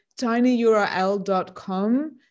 tinyurl.com